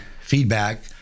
feedback